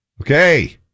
okay